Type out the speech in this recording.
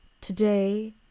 today